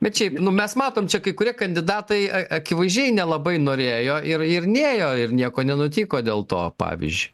bet šiaip nu mes matom čia kai kurie kandidatai a akivaizdžiai nelabai norėjo ir ir nėjo ir nieko nenutiko dėl to pavyzdžiui